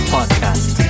Podcast